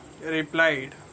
Replied